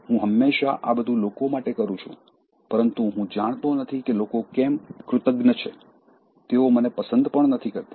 હું હંમેશાં આ બધુ લોકો માટે કરું છું પરંતુ હું જાણતો નથી કે લોકો કેમ કૃતજ્ઞ છે તેઓ મને પસંદ પણ નથી કરતા